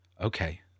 okay